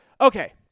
Okay